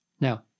Now